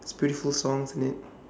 there's beautiful songs in it